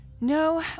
No